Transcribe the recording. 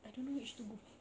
I don't know which to go